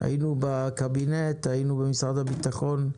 היינו בקבינט, היינו במשרד הביטחון,